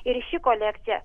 ir ši kolekcija